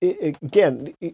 again